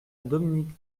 dominique